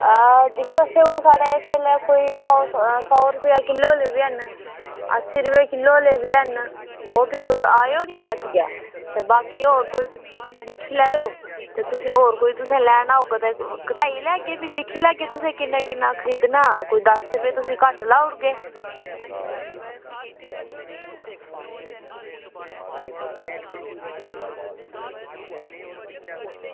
दिक्खो स्यौ कोई साढ़े कश इसलै सौ रपेआ किलो आह्ले बी हैन अस्सी रपेऽ किलो आह्ले बी हैन ते ओह् तुस आयो निं हट्टिया ते बाकी तुस होर बी दिक्खी लैयो ते तुसें होर कोई लैना होग तां घटाई लैगे दिक्खी लैगे की तुसें किन्ना किन्ना खरीदना कोई दस्स रपेऽ तुसेंगी घट्ट लाई ओड़गे